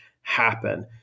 happen